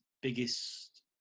biggest